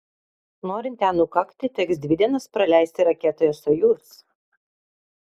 norint ten nukakti teks dvi dienas praleisti raketoje sojuz